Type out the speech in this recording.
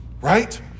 Right